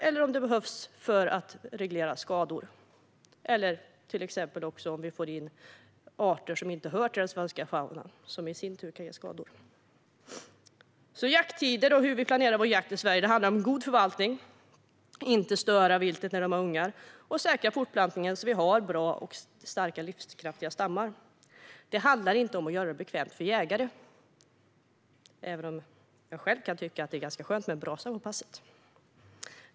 Jakt kan behövas för att reglera skador eller om vi till exempel får in arter som inte hör till den svenska faunan, vilket i sin tur kan ge skador. Jakttiderna och planeringen av vår jakt i Sverige handlar om god förvaltning. Det gäller att inte störa viltet när det har ungar och att säkra fortplantningen, så att vi har bra, starka och livskraftiga stammar. Det handlar inte om att göra det bekvämt för jägare, även om jag själv kan tycka att det är ganska skönt med en brasa på passet.